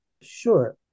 Sure